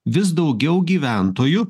vis daugiau gyventojų